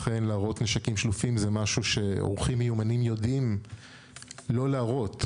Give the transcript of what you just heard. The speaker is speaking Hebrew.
אכן להראות נשקים שלופים זה משהו שעורכים מיומנים יודעים לא להראות.